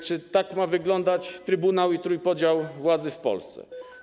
Czy tak ma wyglądać trybunał i trójpodział władzy w Polsce?